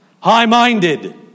high-minded